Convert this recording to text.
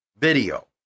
video